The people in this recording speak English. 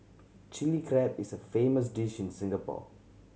Chilli Crab is a famous dish in Singapore